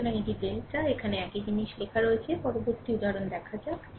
সুতরাং এটি ডেল্টা এখানে একই জিনিস লেখা আছে পরবর্তী উদাহরণ দেখা যাক